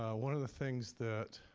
ah one of the things that,